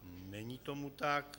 Není tomu tak.